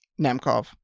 Nemkov